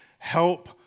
help